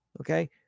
Okay